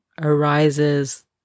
arises